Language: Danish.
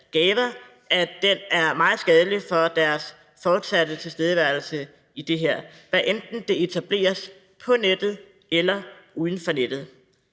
gaver, er meget skadelig ved deres fortsatte tilstedeværelse i det her, hvad enten det etableres på nettet eller uden for nettet.